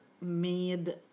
made